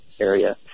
area